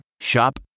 Shop